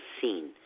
seen